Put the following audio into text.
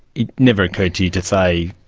it never occurred to you to say,